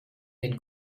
den